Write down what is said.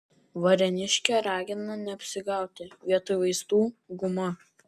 varėniškė ragina neapsigauti vietoj vaistų guma